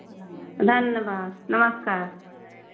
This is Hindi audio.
धन्यवाद नमस्कार